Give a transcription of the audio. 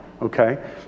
Okay